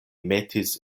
metis